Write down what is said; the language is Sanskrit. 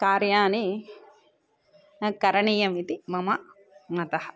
कार्याणि न करणीयमिति मम मतम्